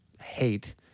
hate